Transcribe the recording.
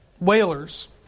whalers